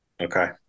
Okay